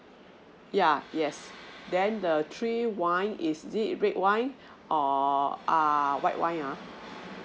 yeah yes then the three wine is it red wine or err white wine uh